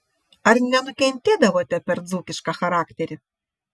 ar nenukentėdavote per dzūkišką charakterį